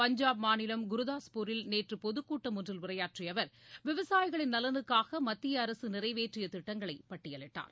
பஞ்சாப் மாநிலம் குருதாஸ்பூரில் நேற்று பொதுக்கூட்டம் ஒன்றில் உரையாற்றிய அவர் விவசாயிகளின் நலனுக்காக மத்திய அரசு நிறைவேற்றிய திட்டங்களை பட்டியலிட்டார்